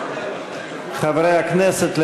חברי הכנסת,